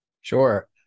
Sure